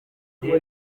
gihe